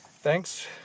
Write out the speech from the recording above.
Thanks